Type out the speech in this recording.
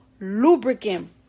lubricant